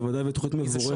בוודאי, זו תוכנית מבורכת.